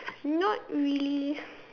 not really